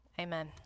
Amen